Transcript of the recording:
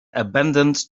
abandoned